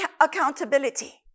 accountability